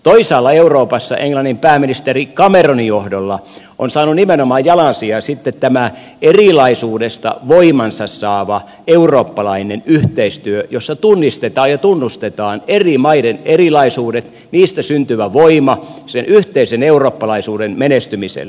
toisaalla euroopassa englannin pääministeri cameronin johdolla on saanut nimenomaan jalansijaa sitten tämä erilaisuudesta voimansa saava eurooppalainen yhteistyö jossa tunnistetaan ja tunnustetaan eri maiden erilaisuudet niistä syntyvä voima sen yhteisen eurooppalaisuuden menestymiselle